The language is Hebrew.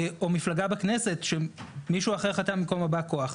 או מפלגה בכנסת שמישהו אחר חתם במקום בא הכוח.